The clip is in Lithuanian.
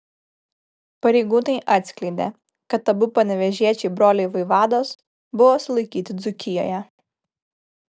pareigūnai atskleidė kad abu panevėžiečiai broliai vaivados buvo sulaikyti dzūkijoje